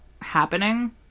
happening